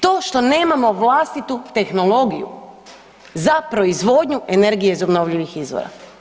To što nemamo vlastitu tehnologiju za proizvodnju energije iz obnovljivih izvora.